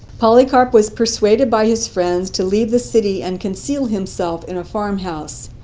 polycarp was persuaded by his friends to leave the city and conceal himself in a farm-house.